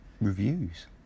reviews